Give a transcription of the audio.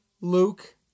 Luke